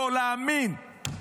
לא להאמין.